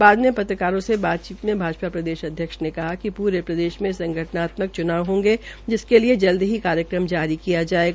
बाद में पत्रकारों से बातचीत में भाजपा प्रदेशअध्यक्ष ने कहा कि पुरे प्रदेश में संगठनात्मक च्नाव होंगे जिसके लिये जल्द ही कार्यक्रम जारी किया जायेगा